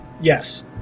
Yes